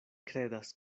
kredas